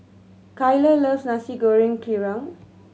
Kyler loves Nasi Goreng Kerang